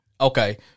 Okay